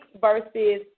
verses